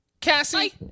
Cassie